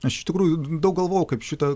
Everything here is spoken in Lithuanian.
aš iš tikrųjų daug galvojau kaip šitą